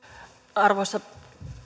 arvoisa